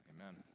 Amen